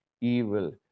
evil